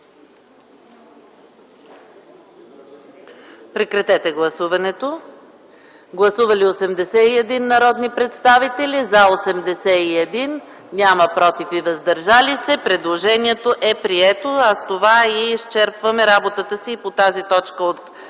г. Моля, гласувайте. Гласували 81 народни представители: за 81, против и въздържали се няма. Предложението е прието, а с това изчерпваме работата си по тази точка от